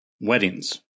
weddings